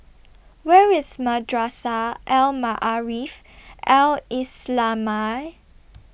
Where IS Madrasah Al Maarif Al Islamiah